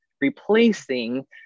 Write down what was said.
replacing